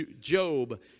Job